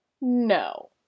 No